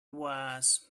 was